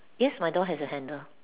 yes my door has a handle